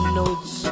notes